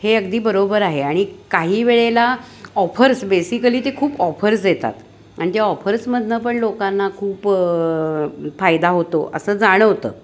हे अगदी बरोबर आहे आणि काही वेळेला ऑफर्स बेसिकली ते खूप ऑफर्स येतात आणि ते ऑफर्समधून पण लोकांना खूप फायदा होतो असं जाणवतं